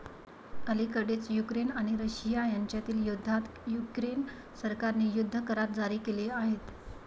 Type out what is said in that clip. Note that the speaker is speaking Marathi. अलिकडेच युक्रेन आणि रशिया यांच्यातील युद्धात युक्रेन सरकारने युद्ध करार जारी केले आहेत